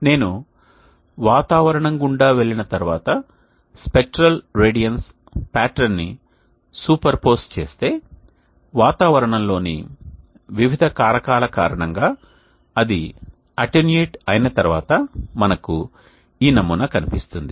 నేను వాతావరణం గుండా వెళ్ళిన తర్వాత స్పెక్ట్రల్ రేడియన్స్ ప్యాటర్న్ను సూపర్పోజ్ చేస్తే వాతావరణంలోని వివిధ కారకాల కారణంగా అది అటెన్యూయేట్ అయిన తర్వాత మనకు ఈ నమూనా కనిపిస్తుంది